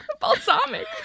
balsamic